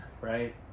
right